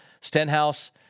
Stenhouse